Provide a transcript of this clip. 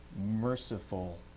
merciful